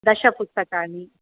दश पुस्तकानि